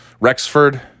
Rexford